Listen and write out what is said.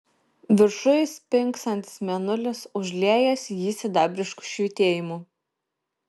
viršuj spingsantis mėnulis užliejęs jį sidabrišku švytėjimu